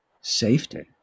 safety